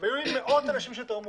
והיו לי מאות אנשים שתרמו.